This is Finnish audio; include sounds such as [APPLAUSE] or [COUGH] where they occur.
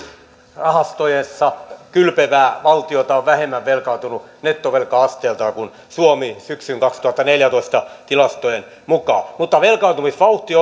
öljyrahastoissa kylpevää valtiota on vähemmän velkaantunut nettovelka asteeltaan kuin suomi syksyn kaksituhattaneljätoista tilastojen mukaan velkaantumisvauhti [UNINTELLIGIBLE]